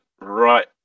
right